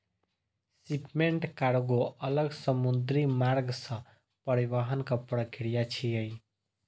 shipment cargo अलग समुद्री मार्ग सं परिवहनक प्रक्रिया छियै